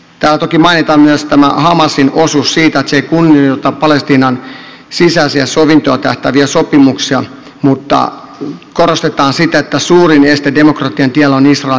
täällä toki mainitaan myös tämä hamasin osuus siitä että se ei kunnioita palestiinan sisäisiä sovintoon tähtääviä sopimuksia mutta korostetaan sitä että suurin este demokratian tiellä on israelin miehitys